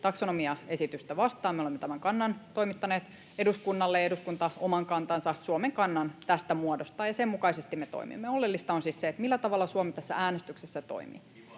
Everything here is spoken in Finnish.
taksonomiaesitystä vastaan. Me olemme tämän kannan toimittaneet eduskunnalle, ja eduskunta oman kantansa, Suomen kannan, tästä muodostaa, ja sen mukaisesti me toimimme. Oleellista on siis se, millä tavalla Suomi tässä äänestyksessä toimii.